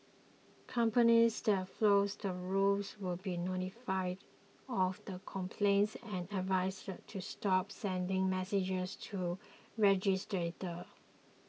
companies that flouts the rules will be notified of the complaints and advised to stop sending messages to registrants